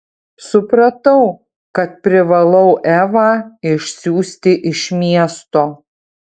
supratau kad privalau evą išsiųsti iš miesto